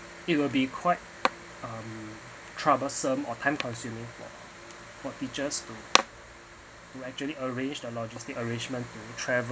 it will be quite um troublesome or time consuming for for teachers to to actually arrange the logistic arrangement to travel